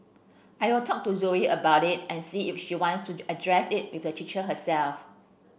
I'll talk to Zoe about it and see if she wants to address it with the teacher herself